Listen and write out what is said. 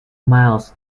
miles